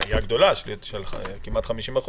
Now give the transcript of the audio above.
עלייה גדולה של כמעט 50%,